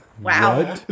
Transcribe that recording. Wow